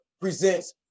presents